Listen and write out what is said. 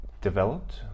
developed